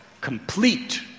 complete